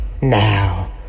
Now